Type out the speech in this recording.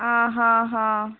आ हा हा